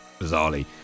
bizarrely